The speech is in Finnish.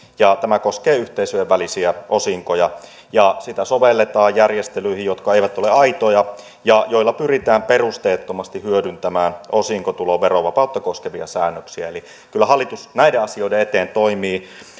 ja tämä koskee yhteisöjen välisiä osinkoja ja sitä sovelletaan järjestelyihin jotka eivät ole aitoja ja joilla pyritään perusteettomasti hyödyntämään osinkotulon verovapautta koskevia säännöksiä eli kyllä hallitus näiden asioiden eteen toimii